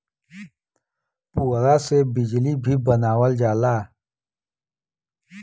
पुवरा से बिजली भी बनावल जाला